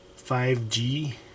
5G